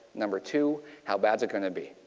number two, how bad is it going to be.